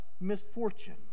misfortune